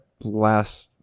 last